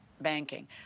banking